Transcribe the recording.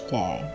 day